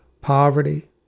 poverty